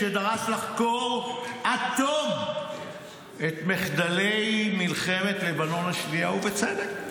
כשדרש לחקור עד תום את מחדלי מלחמת לבנון השנייה ובצדק,